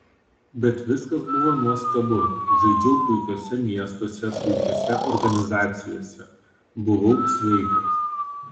bet viskas buvo nuostabu žaidžiau puikiuose miestuose puikiose organizacijose buvau sveikas